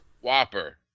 Whopper